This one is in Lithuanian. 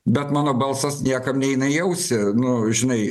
bet mano balsas niekam neina į ausį nu žinai